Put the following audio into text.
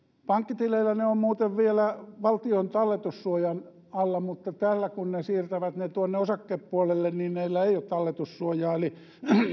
pankkitileillä ne ovat muuten vielä valtion talletussuojan alla mutta kun ne siirretään tuonne osakepuolelle niillä ei ole talletussuojaa eli